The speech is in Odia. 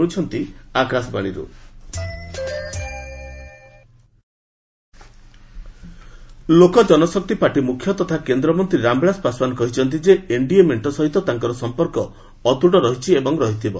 ପାଶୱାନ ଲୋକ ଜନଶକ୍ତି ପାର୍ଟି ମୁଖ୍ୟ ତଥା କେନ୍ଦ୍ରମନ୍ତ୍ରୀ ରାମବିଳାସ ପାସଓ୍ୱାନ କହିଛନ୍ତି ଯେ ଏନଡିଏ ମେଣ୍ଟ ସହିତ ତାଙ୍କର ସମ୍ପର୍କ ଅତ୍ତୁଟ ରହିଛି ଏବଂ ରହିଥିବ